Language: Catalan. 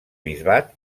bisbat